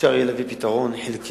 אפשר יהיה להביא פתרון חלקי,